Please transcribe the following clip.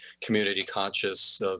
community-conscious